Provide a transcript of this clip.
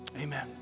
Amen